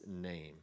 name